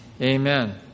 Amen